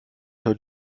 heute